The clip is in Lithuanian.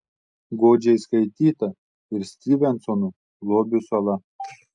godžiai skaityta ir styvensono lobių sala